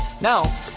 Now